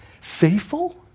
faithful